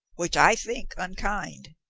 which i think unkind.